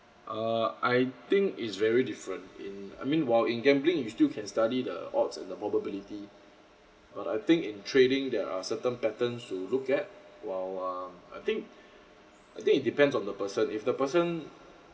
uh I think is very different in I mean while in gambling you still can study the odds and the probability but I think in trading there are certain patterns to look at while um I think I think it depends on the person if the person